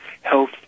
health